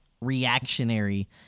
reactionary